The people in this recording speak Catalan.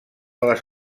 les